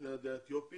בני העדה האתיופית